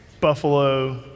buffalo